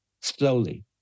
slowly